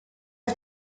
was